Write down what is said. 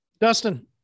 Dustin